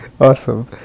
Awesome